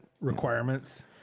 requirements